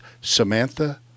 Samantha